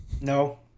No